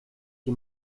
die